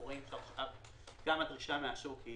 אנחנו רואים עכשיו שגם הדרישה מהשוק היא